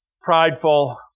prideful